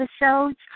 episodes